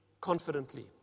confidently